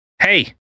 Hey